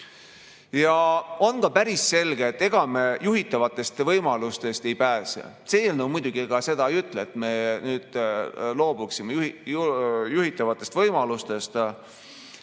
On ka päris selge, et ega me juhitavatest võimalustest ei pääse. See eelnõu muidugi seda ka ei ütle, et me loobuksime juhitavatest võimalustest.